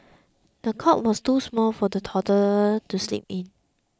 the cot was too small for the toddler to sleep in